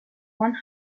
one